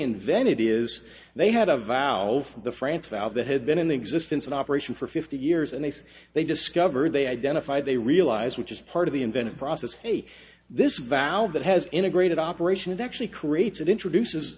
invented is they had a vow the france valve that had been in existence in operation for fifty years and they say they discovered they identified they realize which is part of the invented process see this valve that has integrated operations actually creates it introduces